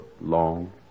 long